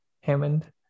Hammond